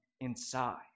inside